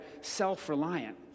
self-reliant